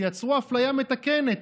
תייצרו אפליה מתקנת: